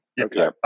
Okay